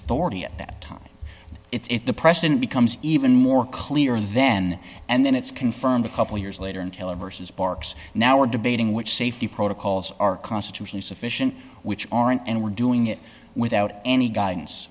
authority at that time if the precedent becomes even more clear then and then it's confirmed a couple years later until a versus barks now we're debating which safety protocols are constitutionally sufficient which aren't and we're doing it without any guidance